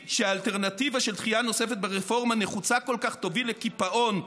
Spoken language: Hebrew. שהאלטרנטיבה של דחייה נוספת ברפורמה נחוצה כל כך תוביל לקיפאון,